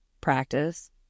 Practice